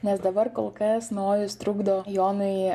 nes dabar kol kas nojus trukdo jonui